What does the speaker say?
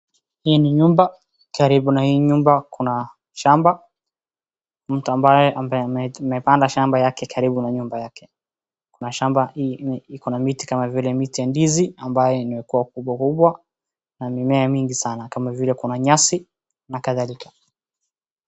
Hii ni nyumba, karibu na hii nyumba kuna shamba, mtu ambaye amepanda shamba karibu na nyumba yake kuna shamba hii ambaye ina miti kama ndizi ambaye imekua kubwa kubwa na mimea mingi sana kama vile kuna nyasi na kadhalika.